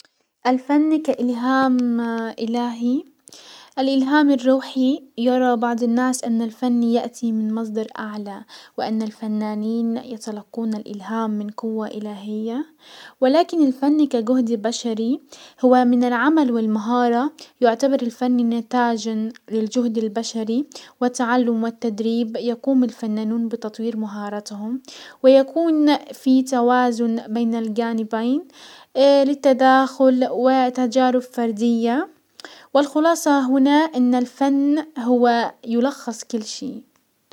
الفن كاليهام الهي، الالهام الروحي يرى بعض الناس ان الفن يأتي من مصدر اعلى وان الفنانين يتلقون الالهام من قوة الهية، ولكن الفن كجهد بشري، هو من العمل والمهارة. يعتبر الفن نتاجا للجهد البشري والتعلم والتدريب. يقوم الفنانون بتطوير مهاراتهم ويكون في توازن بين الجانبين للتداخل وتجارب فردية والخلاصة هنا ان الفن هو يلخص كل شي.